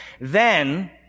Then